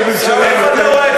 עיסאווי?